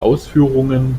ausführungen